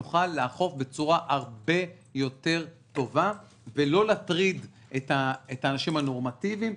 נוכל לאכוף בצורה הרבה יותר טובה ולא להטריד את האנשים הנורמטיביים.